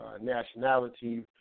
nationality